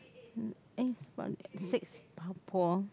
um eh what six uh 婆